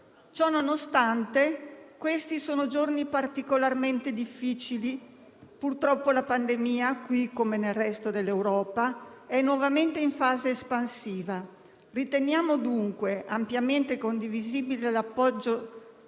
Ciononostante, questi sono giorni particolarmente difficili. Purtroppo, la pandemia - qui, come nel resto dell'Europa - è nuovamente in fase espansiva. Riteniamo dunque ampiamente condivisibile l'approccio